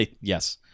yes